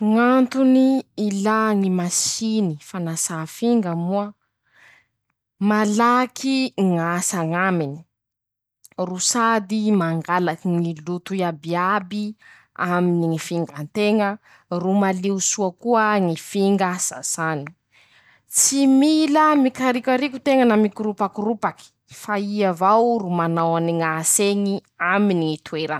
Ñ'antony ilà ñy masiny fanasà finga moa: -Malaky ñ'asa añaminy ro sady mangalaky ñy loto iabiaby aminy ñy fingan-teña ro malio soa koa ñy finga sasàny. -Tsy mila mikariokarioky teña na mikoropakoropaky fa i avao ro manao any ñ'asa eñy aminy ñy toerany.